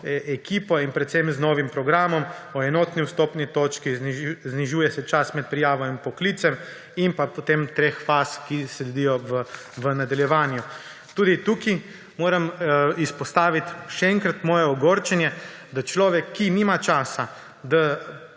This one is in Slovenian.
ekipo in predvsem novemu programu o enotni vstopni točki. Znižuje se čas med prijavo in poklicem in pa potem treh faz, ki sledijo v nadaljevanju. Tudi tukaj moram izpostaviti še enkrat moje ogorčenje, da človek, ki nima časa, ob